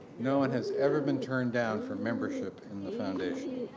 no one has ever been turned down for membership in the foundation.